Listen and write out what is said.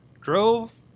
drove